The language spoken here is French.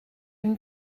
une